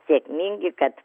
sėkmingi kad